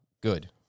Good